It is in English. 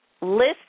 list